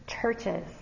churches